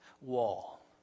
wall